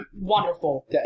wonderful